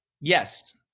Yes